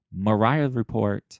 MariahReport